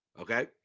okay